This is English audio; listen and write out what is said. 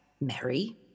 Mary